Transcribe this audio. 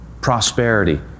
prosperity